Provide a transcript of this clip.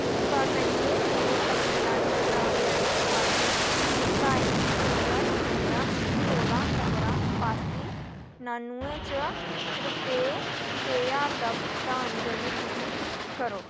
किरपा करियै मेरे तमिलनाडु ग्राम बैंक खाते सताई पचुंजा छपुंजा सोलां पंदरां बासी नानुऐं चा रुपेऽ छे ज्हार दा भुगतान जमित गी करो